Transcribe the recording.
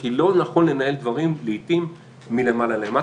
כי לא נכון לנהל דברים לעיתים מלמעלה למטה,